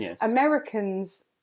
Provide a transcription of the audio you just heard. Americans